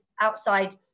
outside